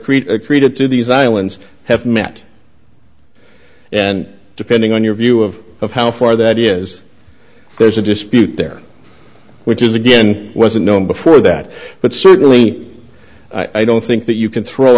creek created to these islands have met and depending on your view of of how far that is there's a dispute there which is again wasn't known before that but certainly i don't think that you can throw